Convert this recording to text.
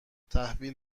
تحویل